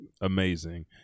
amazing